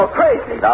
crazy